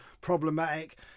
problematic